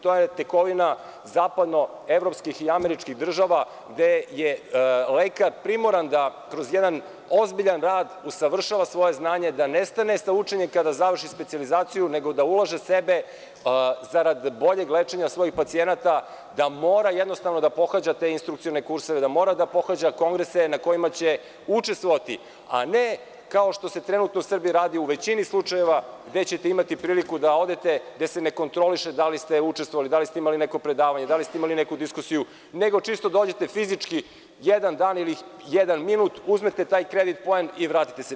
To je tekovina zapadno-evropskih i američkih država gde je lekar primoran da kroz jedan ozbiljan rad usavršava svoje znanje, da ne stane sa učenjem kada završi specijalizaciju nego da ulaže sebe zarad boljeg lečenja svojih pacijenata, da mora jednostavno da pohađa te instrukcione kurseve, da mora da pohađa kongrese na kojima će učestvovati, a ne kao što se trenutno u Srbiji radi u većini slučajeva, gde ćete imati priliku da odete gde se ne kontroliše da li ste učestvovali, da li ste imali neko predavanje, da li ste imali neku diskusiju, nego čisto dođete fizički jedan dan ili jedan minut, uzmete kredit poen i vratite se.